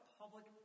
public